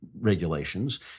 regulations